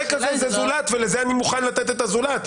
הזה זה "זולת" ואני מוכן לתת לזה את הזולת,